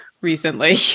recently